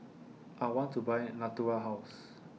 I want to Buy Natura House